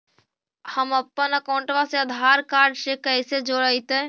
हमपन अकाउँटवा से आधार कार्ड से कइसे जोडैतै?